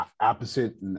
opposite